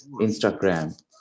Instagram